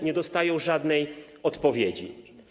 Nie dostają żadnej odpowiedzi.